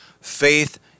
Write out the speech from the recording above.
faith